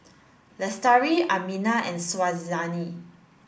Lestari Aminah and